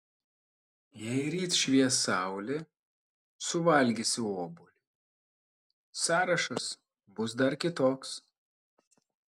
jei ryt švies saulė suvalgysiu obuolį sąrašas bus dar kitoks